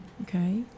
Okay